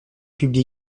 publie